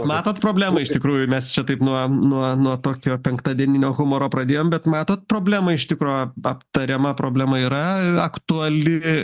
matot problemą iš tikrųjų mes čia taip nuo nuo nuo tokio penktadieninio humoro pradėjom bet matot problemą iš tikro aptariama problema yra aktuali